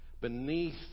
Beneath